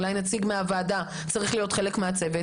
אולי נציג מהוועדה צריך להשתתף בדיוני הצוות